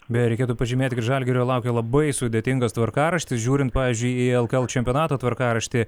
beje reikėtų pažymėti kad žalgirio laukia labai sudėtingas tvarkaraštis žiūrint pavyzdžiui į lkl čempionato tvarkaraštį